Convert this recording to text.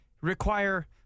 require